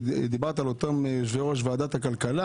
שדיברת על אותם יושבי-ראש ועדת הכלכלה